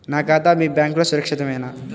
నా ఖాతా మీ బ్యాంక్లో సురక్షితమేనా?